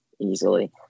easily